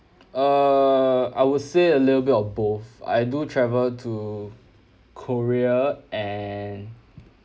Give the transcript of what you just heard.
err I would say a little bit of both I do travel to korea and